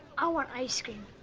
i want ice cream.